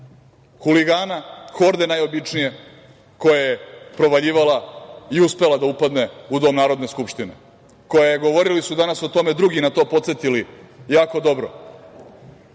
huligana, horde najobičnije koja je provaljivala i uspela da upadne u Dom Narodne skupštine, koja je, govorili su danas o tome i drugi na to podsetili jako dobro,